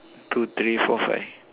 two three four five